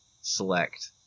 select